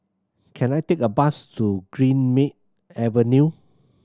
can I take a bus to Greenmead Avenue